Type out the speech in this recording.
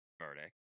verdict